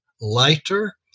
lighter